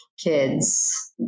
kids